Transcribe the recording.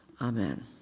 Amen